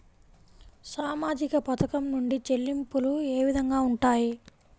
సామాజిక పథకం నుండి చెల్లింపులు ఏ విధంగా ఉంటాయి?